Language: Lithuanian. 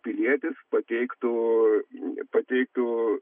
pilietis pateiktų pateiktų